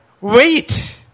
wait